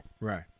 right